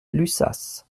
lussas